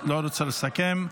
לא רוצה לסכם.